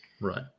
Right